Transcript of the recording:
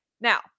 Now